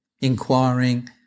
inquiring